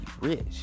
rich